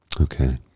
Okay